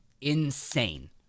insane